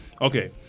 Okay